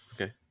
Okay